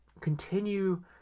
continue